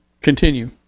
continue